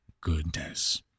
goodness